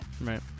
Right